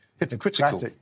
Hypocritical